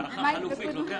בהערכה חלופית לוקח